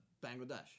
Bangladesh